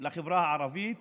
לחברה הערבית